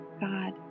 God